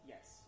Yes